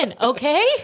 Okay